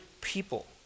people